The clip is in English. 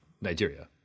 Nigeria